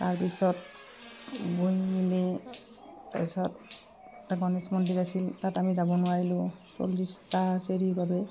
তাৰপিছত মেলি তাৰপিছত এটা গণেশ মন্দিৰ আছিল তাত আমি যাব নোৱাৰিলোঁ চল্লিছটা চিৰিৰ বাবে